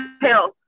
health